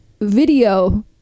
video